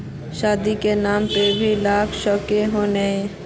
शादी के नाम पर भी ला सके है नय?